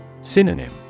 Synonym